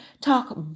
talk